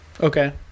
Okay